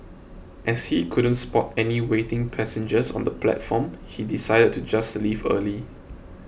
as he couldn't spot any waiting passengers on the platform he decided to just leave early